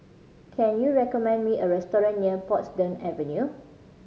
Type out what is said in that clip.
can you recommend me a restaurant near Portsdown Avenue